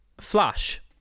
flash